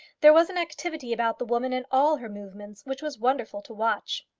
there was an activity about the woman, in all her movements, which was wonderful to watch.